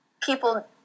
People